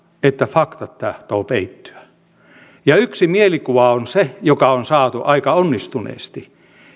että faktat tahtovat peittyä yksi mielikuva on se joka on saatu aika onnistuneestikin